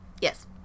Yes